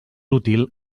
útil